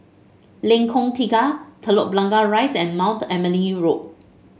Lengkong Tiga Telok Blangah Rise and Mount Emily Road